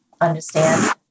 understand